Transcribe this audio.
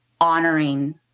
honoring